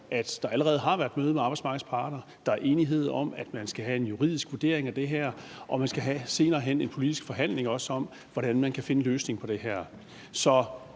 at der allerede har været møde med arbejdsmarkedets parter, at der er enighed om, at man skal have en juridisk vurdering af det her, og at man senere hen også skal have en politisk forhandling om, hvordan man kan finde en løsning på det her.